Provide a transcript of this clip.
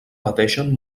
pateixen